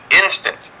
instant